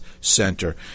Center